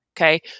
Okay